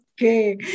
Okay